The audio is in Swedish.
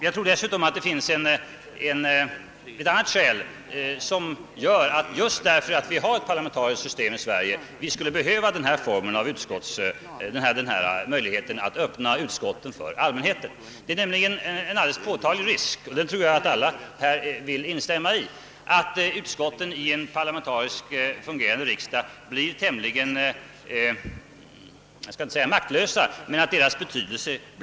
Jag tror att det dessutom finns ett annat skäl som gör att vi — just därför att vi har ett parlamentariskt system — skulle behöva denna möjlighet att öppna utskottssammanträdena för allmänheten. Det föreligger nämligen en alldeles påtaglig risk — det tror jag alla är beredda att instämma i — att utskotten i en parlamentariskt fungerande riksdag får en relativt begränsad betydelse.